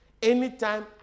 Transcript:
Anytime